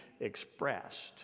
expressed